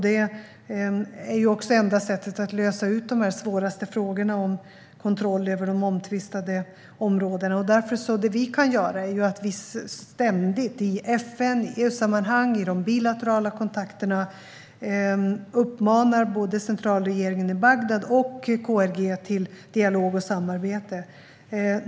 Det är också det enda sättet att lösa en av de svåraste frågorna om kontrollen över de omtvistade områdena. Det vi kan göra är att ständigt i FN och EU-sammanhang och i de bilaterala kontakterna uppmana både centralregeringen i Bagdad och i KRG till dialog och samarbete.